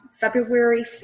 February